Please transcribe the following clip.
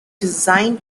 designed